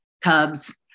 Cubs